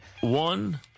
One